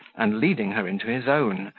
and leading her into his own,